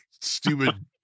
stupid